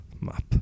map